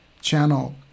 channel